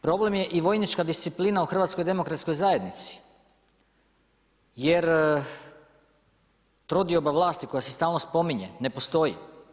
Problem je i vojnička disciplina u HDZ-u jer trodioba vlasti koja se stalno spominje ne postoji.